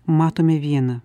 matome vieną